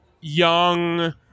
young